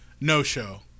no-show